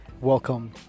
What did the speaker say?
Welcome